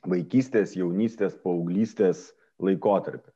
vaikystės jaunystės paauglystės laikotarpį